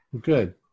Good